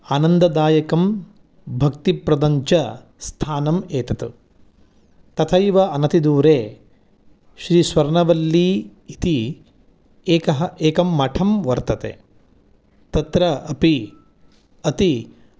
आनन्ददायकं भक्तिप्रदञ्च स्थानम् एतत् तथैव अनतिदूरे श्रीस्वर्णवल्ली इति एकः एकं मठं वर्तते तत्र अपि अति